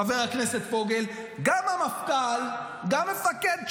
חבר הכנסת פוגל, גם המפכ"ל, גם מפקד שב"ס,